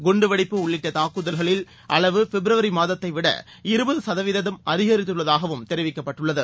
குண்டுவெடிப்பு உள்ளிட்ட தாக்குதல்களின் அளவு பிப்ரவரி மாதத்தை விட இருபது சதவீதம் அதிகரித்துள்ளதாகவும் தெரிவிக்கப்பட்டுள்ளது